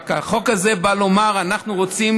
רק שהחוק הזה בא לומר שאנחנו רוצים